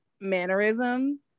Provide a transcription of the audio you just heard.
mannerisms